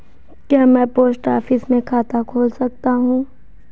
क्या मैं post office में खाता खोल सकता हूँ?